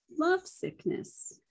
lovesickness